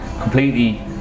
Completely